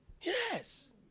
Yes